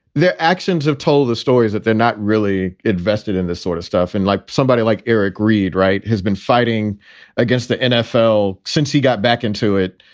their actions have told the stories that they're not really invested in this sort of stuff. and like somebody like eric reed. right. has been fighting against the nfl since he got back into it,